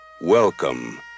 welcome